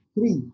three